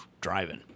driving